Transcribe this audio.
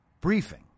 briefing